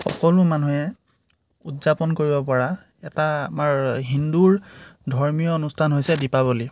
সকলো মানুহে উদযাপন কৰিব পৰা এটা আমাৰ হিন্দুৰ ধৰ্মীয় অনুষ্ঠান হৈছে দীপাৱলী